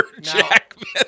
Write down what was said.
Jackman